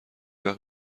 وقت